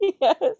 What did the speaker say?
Yes